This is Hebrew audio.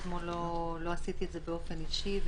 אתמול לא עשיתי את זה באופן אישי.